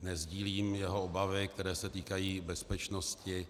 Nesdílím jeho obavy, které se týkají bezpečnosti.